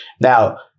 Now